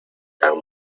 tan